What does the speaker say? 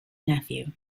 nephew